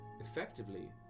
effectively